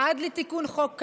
עד לתיקון חוק קמיניץ,